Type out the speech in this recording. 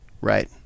right